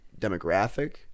demographic